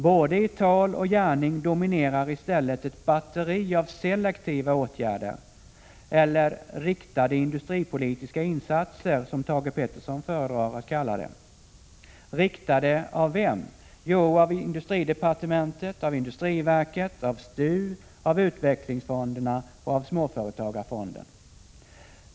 Både i tal och i gärning dominerar i stället ett batteri av selektiva åtgärder — eller ”riktade industripolitiska insatser”, som Thage Peterson föredrar att kalla det. Riktade av vem? Jo, av industridepartementet, av industriverket, av STU, av utvecklingsfonderna och av småföretagarfonden.